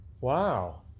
Wow